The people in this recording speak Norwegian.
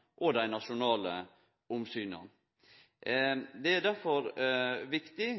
både dei lokale og dei nasjonale omsyna. Det er derfor viktig at